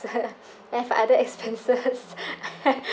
I have other expenses